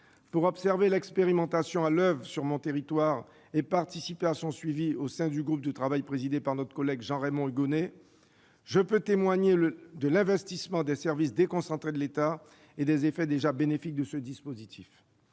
Pour observer l'expérimentation à l'oeuvre sur mon territoire et participer à son suivi au sein du groupe de travail présidé par Jean-Raymond Hugonet, je peux témoigner de l'investissement des services déconcentrés de l'État et des effets déjà bénéfiques de ce dispositif.